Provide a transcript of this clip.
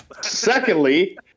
Secondly